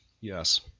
yes